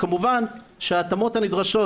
כמובן שההתאמות הנדרשות,